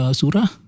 surah